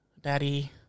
Daddy